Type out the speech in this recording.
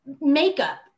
makeup